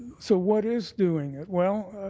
so what is doing it? well,